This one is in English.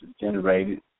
generated